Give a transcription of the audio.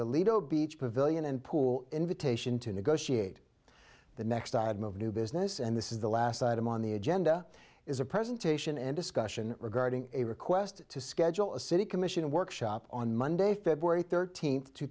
and pool invitation to negotiate the next tide move new business and this is the last item on the agenda is a presentation and discussion regarding a request to schedule a city commission workshop on monday february thirteenth two